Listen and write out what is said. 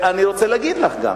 אני רוצה להגיד לך גם